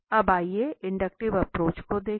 अब आइए inductive approach को देखें